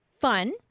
fun